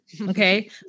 Okay